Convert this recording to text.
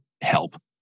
help